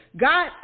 God